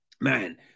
man